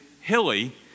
hilly